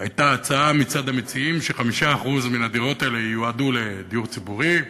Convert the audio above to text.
שהייתה הצעה מצד המציעים ש-5% מהדירות האלה ייועדו לדיור ציבורי,